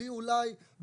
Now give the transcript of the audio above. בלי אולי,